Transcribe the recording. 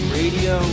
radio